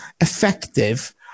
effective